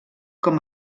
com